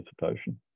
participation